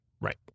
Right